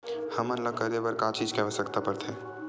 हमन ला करे बर का चीज के आवश्कता परथे?